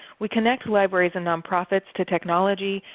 we connect libraries and nonprofits to technology,